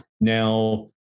Now